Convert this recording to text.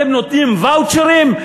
אתם נותנים ואוצ'רים?